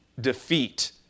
defeat